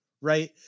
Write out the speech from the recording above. right